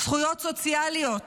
זכויות סוציאליות